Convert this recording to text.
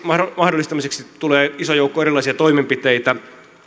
mahdollistamiseksi tulee iso joukko erilaisia toimenpiteitä